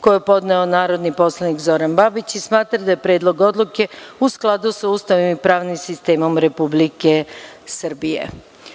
koju je podneo narodni poslanik Zoran Babić i smatram da je Predlog odluke u skladu sa Ustavom i pravnim sistemom Republike Srbije. Što